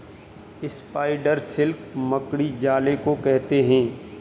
spider silk मकड़ी जाले को कहते हैं